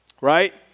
Right